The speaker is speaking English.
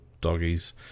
doggies